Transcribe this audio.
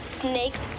snakes